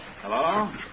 Hello